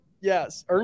Yes, &